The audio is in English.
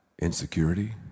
insecurity